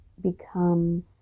becomes